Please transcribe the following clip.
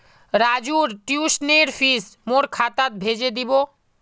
राजूर ट्यूशनेर फीस मोर खातात भेजे दीबो